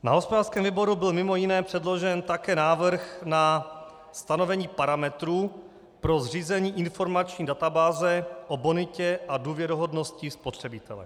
Na hospodářském výboru byl mimo jiné předložen také návrh na stanovení parametrů pro zřízení informační databáze o bonitě a důvěryhodnosti spotřebitele.